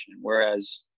Whereas